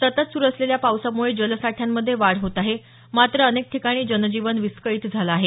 सतत सुरु असलेल्या पावसामुळे जलसाठ्यांमध्ये वाढ होत आहे मात्र अनेक ठिकाणी जनजीवन विस्कळीत झालं आहे